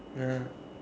nah